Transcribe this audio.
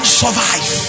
survive